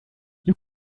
you